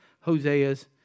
Hosea's